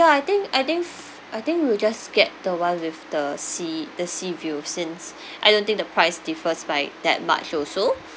ya I think I think I think we'll just get the one with the sea the sea view since I don't think the price differs by that much also